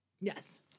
Yes